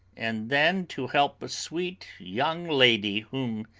and then to help a sweet young lady, whom,